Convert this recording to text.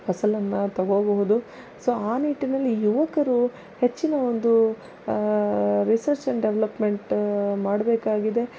ಫಸಲನ್ನು ತಗೋಬಹುದು ಸೊ ಆ ನಿಟ್ಟಿನಲ್ಲಿ ಯುವಕರು ಹೆಚ್ಚಿನ ಒಂದು ರಿಸರ್ಚ್ ಆ್ಯಂಡ್ ಡೆವಲಪ್ಮೆಂಟ್ ಮಾಡಬೇಕಾಗಿದೆ